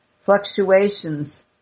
fluctuations